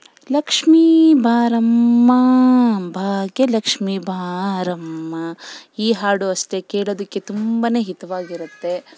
ಲಕ್ಷ್ಮೀ ಬಾರಮ್ಮಾ ಭಾಗ್ಯಲಕ್ಷ್ಮಿ ಬಾರಮ್ಮ ಈ ಹಾಡು ಅಷ್ಟೇ ಕೇಳೋದಕ್ಕೆ ತುಂಬನೇ ಹಿತವಾಗಿರುತ್ತೆ